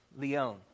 leon